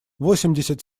восемьдесят